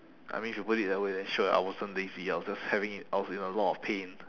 I mean if you put it that way then sure I wasn't lazy I was just having it I was in a lot of pain